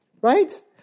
Right